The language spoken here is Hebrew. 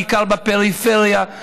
בעיקר בפריפריה,